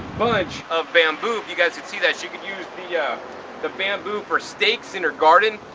bunch of bamboo. if you guys could see that, she could use the yeah the bamboo for stakes in her garden,